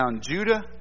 Judah